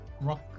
Rock